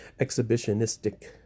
exhibitionistic